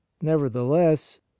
nevertheless